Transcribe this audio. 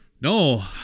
No